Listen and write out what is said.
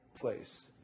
place